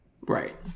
Right